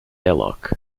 airlock